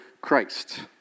Christ